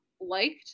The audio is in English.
liked